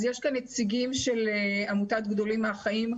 אז יש כאן נציגים של עמותת 'גדולים מהחיים',